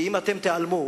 כי אם אתם תיעלמו,